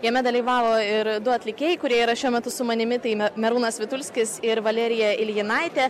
jame dalyvavo ir du atlikėjai kurie yra šiuo metu su manimi tai merūnas vitulskis ir valerija iljinaitė